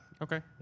Okay